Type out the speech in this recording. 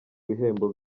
bihembo